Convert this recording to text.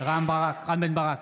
רם בן ברק,